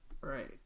right